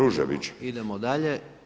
Idemo dalje.